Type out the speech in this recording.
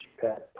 Japan